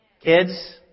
kids